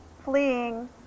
fleeing